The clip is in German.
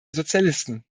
sozialisten